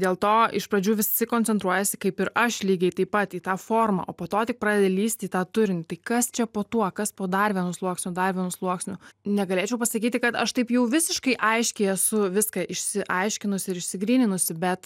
dėl to iš pradžių visi koncentruojasi kaip ir aš lygiai taip pat į tą formą o po to tik pradeda lįst į tą turinti tai kas čia po tuo kas po dar vienu sluoksniu dar vienu sluoksniu negalėčiau pasakyti kad aš taip jau visiškai aiškiai esu viską išsiaiškinusi ir išsigryninusi bet